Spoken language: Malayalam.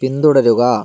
പിന്തുടരുക